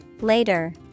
Later